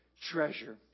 treasure